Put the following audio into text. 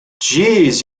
jeez